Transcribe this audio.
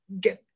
get